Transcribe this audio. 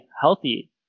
healthy